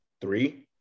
three